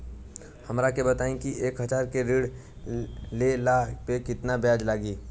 हमरा के बताई कि एक हज़ार के ऋण ले ला पे केतना ब्याज लागी?